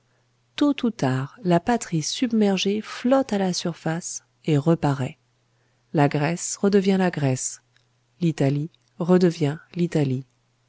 tôt ou tard la patrie submergée flotte à la surface et reparaît la grèce redevient la grèce l'italie redevient l'italie